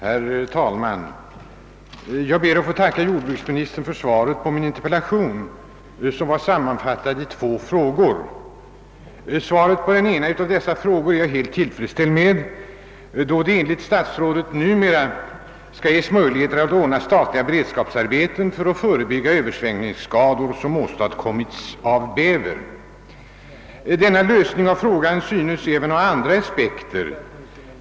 Herr talman! Jag ber att få tacka jordbruksministern för svaret på min interpellation, som var sammanfattad i två frågor. Svaret på den ena av dessa frågor är jag helt tillfredsställd med, då det enligt statsrådet numera skall ges möjligheter att ordna statliga beredskapsarbeten för att förebygga översvämningsskador, åstadkomna av bäver. Denna lösning av frågan synes även ha andra aspekter.